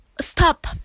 stop